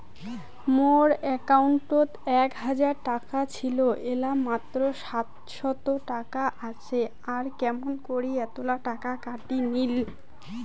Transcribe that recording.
মোর একাউন্টত এক হাজার টাকা ছিল এলা মাত্র সাতশত টাকা আসে আর কেমন করি এতলা টাকা কাটি নিল?